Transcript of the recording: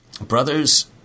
Brothers